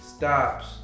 stops